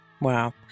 wow